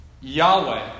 Yahweh